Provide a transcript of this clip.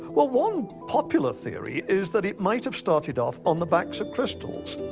well, one popular theory is that it might have started off on the backs of crystals.